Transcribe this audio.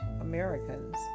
Americans